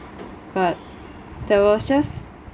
but there was just